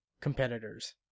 competitors